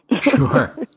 sure